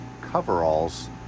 coveralls